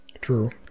true